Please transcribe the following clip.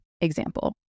example